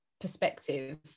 perspective